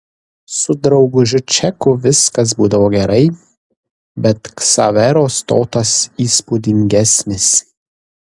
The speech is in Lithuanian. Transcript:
su draugužiu čeku viskas būdavo gerai bet ksavero stotas įspūdingesnis